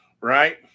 right